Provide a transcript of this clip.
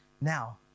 now